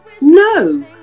No